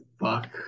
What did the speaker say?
fuck